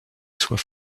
soit